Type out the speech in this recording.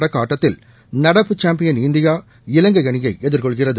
தொடக்க ஆட்டத்தில் நடப்பு சாம்பியன் இந்தியா இலங்கை அணியை எதிர்கொள்கிறது